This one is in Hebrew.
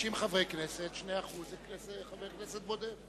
50 חברי כנסת, 2% זה חבר כנסת בודד.